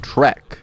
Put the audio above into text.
Trek